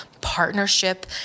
partnership